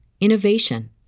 innovation